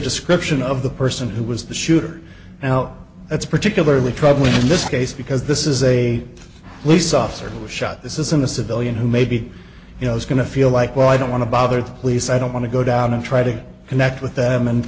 description of the person who was the shooter now that's particularly troubling in this case because this is a police officer who was shot this isn't a civilian who maybe you know is going to feel like well i don't want to bother the police i don't want to go down and try to connect with them and